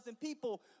people